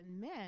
men